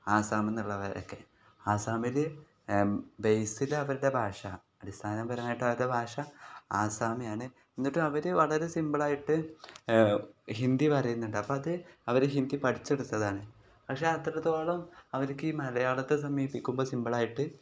ആസാമന്നുള്ളവരൊക്കെ ആസാമിൽ ബേസിൽ അവരുടെ ഭാഷ അടിസ്ഥാനപരമായിട്ട് അവരുടെ ഭാഷ ആസാമിയാണ് എന്നിട്ടും അവർ വളരെ സിംമ്പിളായിട്ട് ഹിന്ദി പറയുന്നുണ്ട് അപ്പം അത് അവർ ഹിന്ദി പഠിച്ചെടുത്തതാണ് പക്ഷേ അത്രത്തോളം അവർക്ക് ഈ മലയാളത്തെ സമീപിക്കുമ്പോൾ സിമ്പിളായിട്ട്